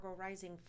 rising